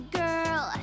girl